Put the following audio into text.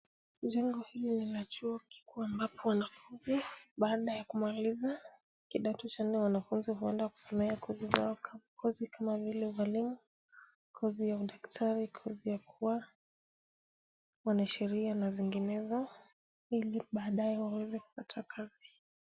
Jengo hili lina chuo kikuu ambapo wanafunzi baada ya wamemaliza kidato cha nne, wanafunzi huenda kusomea kozi zao. Kozi kama vile ualimu, kozi ya udaktari, kozi ya kuwa mwanasheria na zinginezo, ili baadaye waweze kupata kazi.